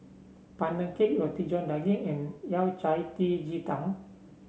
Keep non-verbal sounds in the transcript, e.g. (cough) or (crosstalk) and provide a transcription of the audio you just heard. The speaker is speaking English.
Pandan Cake Roti John Daging and Yao Cai (unintelligible) Ji Tang